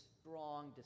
strong